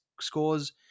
scores